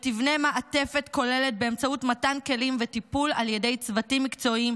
ותיבנה מעטפת כוללת באמצעות מתן כלים וטיפול על ידי צוותים מקצועיים